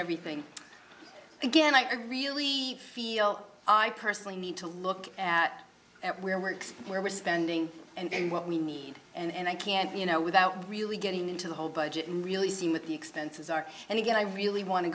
everything again i really feel i personally need to look at where works where we're spending and what we need and i can't you know without really getting into the whole budget and really seen with the expenses are and again i really want to